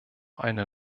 einer